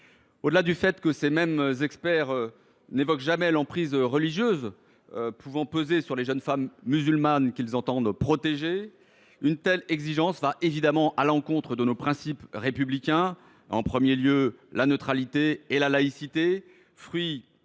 annulée. Outre que ces mêmes experts n’évoquent jamais l’emprise religieuse pouvant peser sur les jeunes femmes musulmanes qu’ils entendent protéger, une telle exigence va évidemment à l’encontre de nos principes républicains, en premier lieu la neutralité et la laïcité,